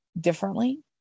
differently